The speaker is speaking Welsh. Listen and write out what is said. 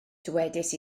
dywedais